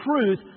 truth